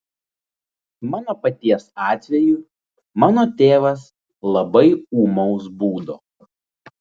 mano paties atveju mano tėvas labai ūmaus būdo